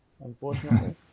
unfortunately